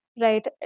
right